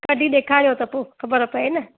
कढी ॾेखारियो त पोइ ख़बर पए न